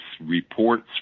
reports